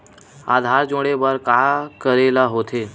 आधार जोड़े बर का करे ला होथे?